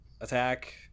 attack